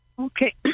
Okay